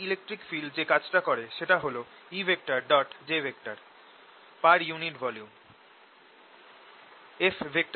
electric field যে কাজটা করে সেটা হল Ej পার ইউনিট ভলিউম